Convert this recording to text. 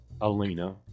Alina